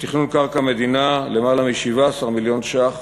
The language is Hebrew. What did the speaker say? לתכנון קרקע מדינה יותר מ-17 מיליון ש"ח